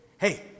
Hey